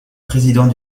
président